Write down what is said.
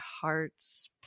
heart's